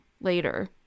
later